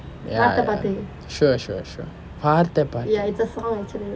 ya ya sure sure sure பார்த்தேன் பார்த்தேன்:paarthen paarthen